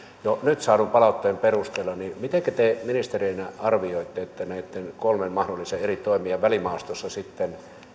jo nyt saadun palautteen perusteella mitenkä te ministerinä arvioitte että näitten kolmen mahdollisen eri toimijan välimaastossa sitten